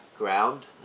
ground